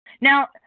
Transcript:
Now